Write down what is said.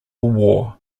war